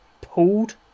pulled